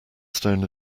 stone